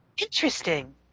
Interesting